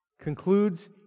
concludes